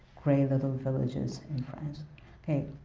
gray little villages in france ok.